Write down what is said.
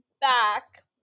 back